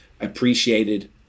Appreciated